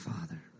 Father